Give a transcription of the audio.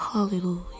Hallelujah